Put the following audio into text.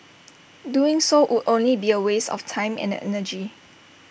doing so would only be A waste of time and energy